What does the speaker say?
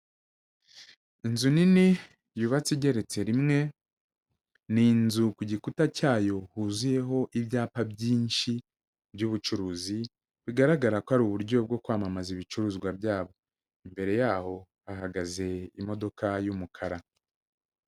Inzu nini yubatse igereretse rimwe, ni inzu ku gikuta cyayo huzuyeho ibyapa byinshi by'ubucuruzi, bigaragara ko ari uburyo bwo kwamamaza ibicuruzwa byabo, imbere y'aho hahagaze imodoka y'umukara.